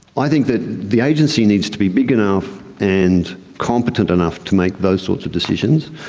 i think the the agency needs to be big enough and competent enough to make those sorts of decisions.